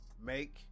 make